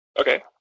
Okay